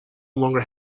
longer